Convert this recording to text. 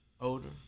older